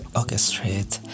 orchestrate